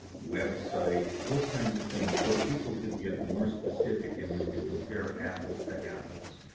website, those kinds of things. so people could get more specific and we could compare apples-to-apples.